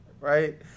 right